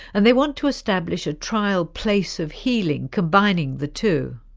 and they want to establish a trial place of healing combining the two.